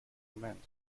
command